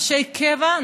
נשי קבע,